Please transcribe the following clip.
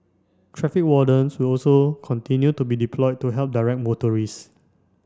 traffic wardens will also continue to be deployed to help direct motorists